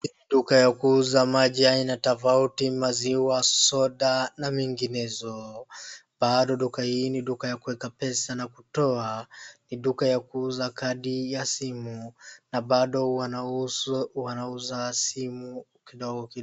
Duka ya kuuza maji aina tofauti, maziwa, soda na minginezo. Bado duka hii ni duka ya kuweka pesa na kutoa. Ni duka ya kuuza kadi ya simu na bado wanauza simu kidogo.